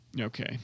Okay